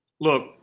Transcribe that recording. Look